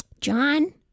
John